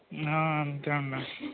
అంతే అండి